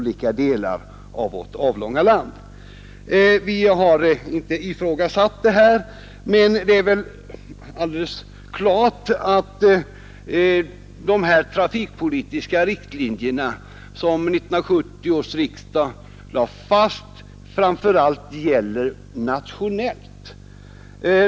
Vi har inte ifrågasatt detta beslut, men det är väl alldeles klart att de trafikpolitiska riktlinjer som 1970 års riksdag lade fast framför allt gäller nationellt.